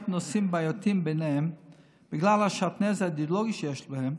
נושאים בעייתיים ביניהן בגלל השעטנז האידיאולוגי שיש בהן,